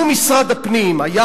לו משרד הפנים היה